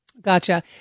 Gotcha